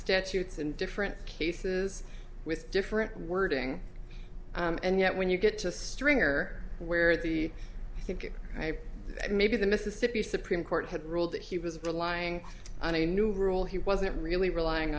statutes and different cases with different wording and yet when you get to a stringer where the i think maybe the mississippi supreme court had ruled that he was relying on a new rule he wasn't really relying